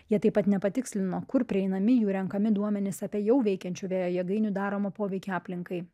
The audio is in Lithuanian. jie taip pat nepatikslino kur prieinami jų renkami duomenys apie jau veikiančių vėjo jėgainių daromą poveikį aplinkai